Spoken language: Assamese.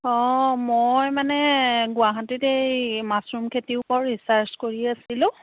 অঁ মই মানে গুৱাহাটীত এই মাছ্ৰুম খেতিৰ ওপৰত ৰিচাৰ্ছ কৰি আছিলোঁ